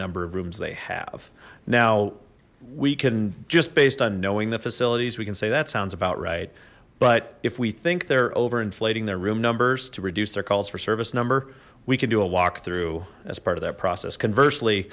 number of rooms they have now we can just based on knowing the facilities we can say that sounds about right but if we think they're over inflating their room numbers to reduce their calls for service number we can do a walk through as part of that process conversely